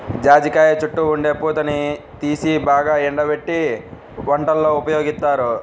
జాజికాయ చుట్టూ ఉండే పూతని తీసి బాగా ఎండబెట్టి వంటల్లో ఉపయోగిత్తారు